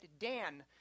Dan